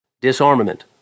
Disarmament